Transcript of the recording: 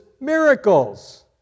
miracles